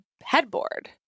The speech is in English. headboard